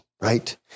Right